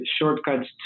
shortcuts